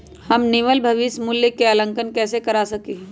हम निवल भविष्य मूल्य के आंकलन कैसे कर सका ही?